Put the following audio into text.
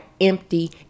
empty